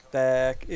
back